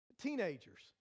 Teenagers